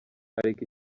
areka